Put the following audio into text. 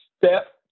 Step